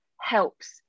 helps